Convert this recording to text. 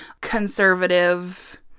conservative